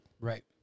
Right